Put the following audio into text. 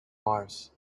mars